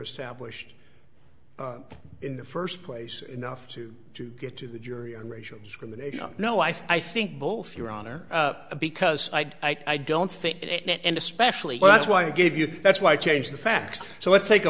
established in the first place enough to to get to the jury on racial discrimination no i think both your honor because i don't think it and especially well that's why i gave you that's why change the facts so let's take a